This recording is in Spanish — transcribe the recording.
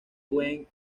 gwen